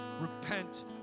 repent